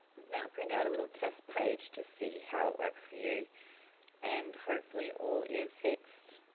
now print out a little test page to see how it works for you and hopefully all is fixed.